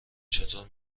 چطور